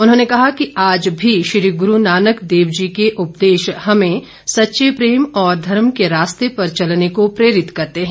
उन्होंने कहा कि आज भी श्री गुरू नानक देव जी के उपदेश हमें सच्चे प्रेम और धर्म के रास्ते में चलने को प्रेरित करते हैं